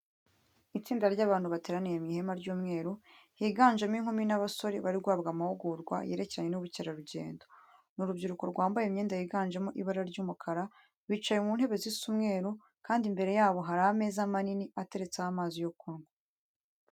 Itsinda ry'abantu bateraniye mu ihema ry'umweru, higanjemo inkumi n'abasore bari guhabwa amahugurwa yerekeranye n'ubukerarugendo. Ni urubyiruko rwambaye imyenda yiganjemo ibara ry'umukara, bicaye mu ntebe zisa umweru kandi imbere yabo hari ameza maanini ateretseho amazi yo kunywa.